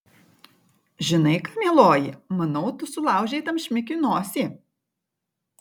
žinai ką mieloji manau tu sulaužei tam šmikiui nosį